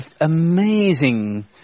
amazing